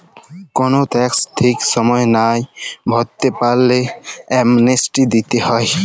call tax ঠিক সময় লায় ভরতে পারল্যে, অ্যামনেস্টি দিতে হ্যয়